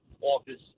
office